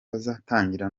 bazatangira